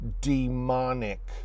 demonic